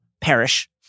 perish